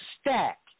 stack